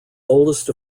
oldest